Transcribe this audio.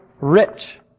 rich